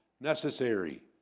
necessary